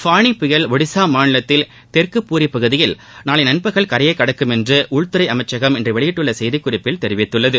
பானி புயல் ஒடிசா மாநிலத்தில் தெற்கு பூரி பகுதியில் நாளை நண்பகல் கரையை கடக்கும் என்று உள்துறை அமைச்சகம் இன்று வெளியிட்டுள்ள செய்திக்குறிப்பில் தெரிவித்துள்ளது